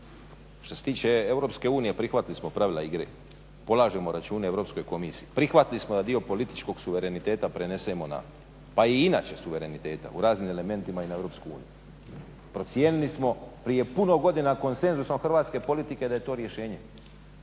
što se tiče EU prihvatili smo pravila igre, polažemo račune Europskoj komisiji. Prihvatili smo da dio političkog suvereniteta prenesemo na pa i inače suvereniteta u raznim elementima i na EU. Procijenili smo, prije puno godina konsenzusom hrvatske politike, da je to rješenje.